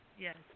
Yes